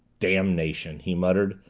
damnation, he muttered.